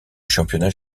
championnat